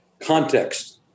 Context